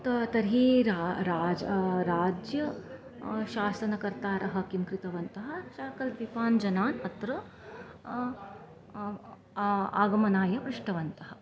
ता तर्हि रा राज् राज्यस्य शासनकर्तारः किं कृतवन्तः शाकलद्वीपान् जनान् अत्र आगमनाय पृष्टवन्तः